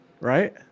right